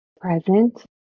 present